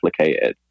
replicated